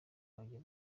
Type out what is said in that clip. ntabyo